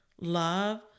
love